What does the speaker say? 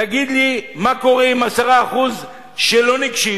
תגיד לי, מה קורה עם ה-10% שלא ניגשים?